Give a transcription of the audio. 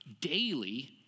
daily